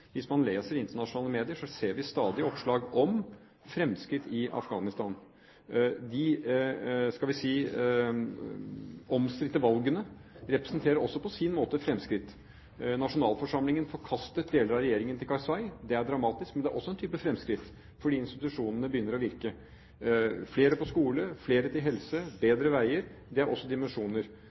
Hvis man leser internasjonale medier, ser vi stadig oppslag om fremskritt i Afghanistan. De – skal vi si – omstridte valgene representerer også på sin måte fremskritt. Nasjonalforsamlingen forkastet deler av regjeringen til Karzai. Det er dramatisk, men det er også en type fremskritt fordi institusjonene begynner å virke – flere på skole, mer til helse, bedre veier. Det er også dimensjoner.